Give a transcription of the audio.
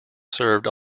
served